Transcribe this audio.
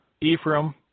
Ephraim